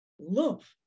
love